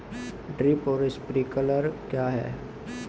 Drip और sprinkler क्या हैं?